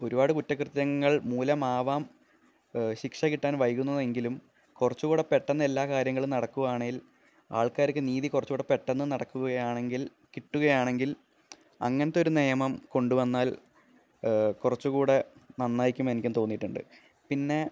ഒരുപാട് കുറ്റകൃത്യങ്ങൾ മൂലമാവാം ശിക്ഷ കിട്ടാൻ വൈകുന്നതെങ്കിലും കുറച്ചുകൂടെ പെട്ടെന്ന് എല്ലാ കാര്യങ്ങളും നടക്കുവാണേൽ ആൾക്കാർക്ക് നീതി കുറച്ചുകൂടെ പെട്ടെന്ന് നടക്കുകയാണെങ്കിൽ കിട്ടുകയാണെങ്കിൽ അങ്ങനത്തൊരു നിയമം കൊണ്ടുവന്നാൽ കുറച്ചുകൂടെ നന്നായിരിക്കും എനിക്കും തോന്നിയിട്ടുണ്ട് പിന്നെ